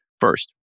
First